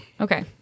Okay